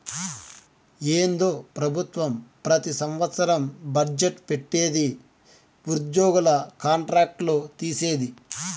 ఏందో పెబుత్వం పెతి సంవత్సరం బజ్జెట్ పెట్టిది ఉద్యోగుల కాంట్రాక్ట్ లు తీసేది